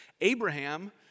Abraham